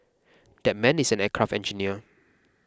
that man is an aircraft engineer